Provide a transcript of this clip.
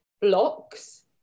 blocks